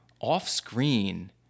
off-screen